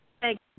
Thank